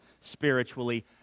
spiritually